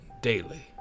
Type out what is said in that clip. daily